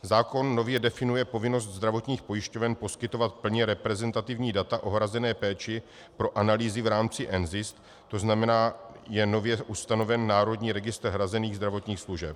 Zákon nově definuje povinnost zdravotních pojišťoven poskytovat plně reprezentativní data o hrazené péči pro analýzy v rámci NZIS, to znamená, je nově ustaven Národní registr hrazených zdravotních služeb.